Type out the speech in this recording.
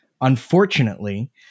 unfortunately